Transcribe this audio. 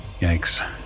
Yikes